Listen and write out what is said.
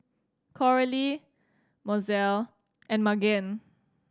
Coralie Mozelle and Magen